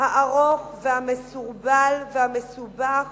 הארוך והמסורבל והמסובך